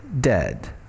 dead